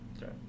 Right